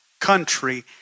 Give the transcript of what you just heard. country